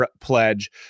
pledge